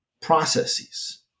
processes